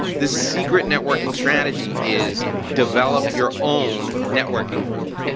this secret networking strategy is develop your own networking group.